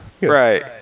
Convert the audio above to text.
Right